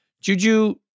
Juju